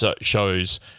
shows